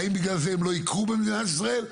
האם בגלל זה הם לא יקרו במדינת ישראל?